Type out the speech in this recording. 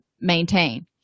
maintain